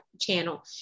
channel